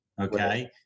Okay